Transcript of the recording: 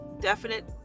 definite